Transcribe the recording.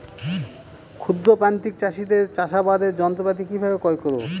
ক্ষুদ্র প্রান্তিক চাষীদের চাষাবাদের যন্ত্রপাতি কিভাবে ক্রয় করব?